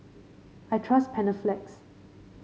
I trust Panaflex